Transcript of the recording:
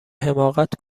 حماقت